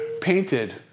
painted